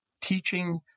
teaching